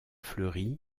fleuri